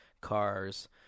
cars